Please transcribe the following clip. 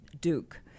Duke